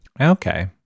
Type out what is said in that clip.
Okay